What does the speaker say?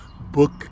book